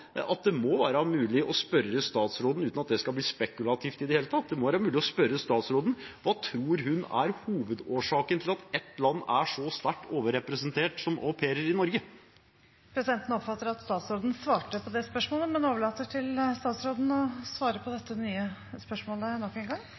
at det må være mulig å spørre statsråden, uten at det skal bli spekulativt i det hele tatt, hva hun tror er hovedårsaken til at ett land er så sterkt overrepresentert som au pairer i Norge. Presidenten oppfattet at statsråden svarte på det spørsmålet, men overlater til statsråden å svare på det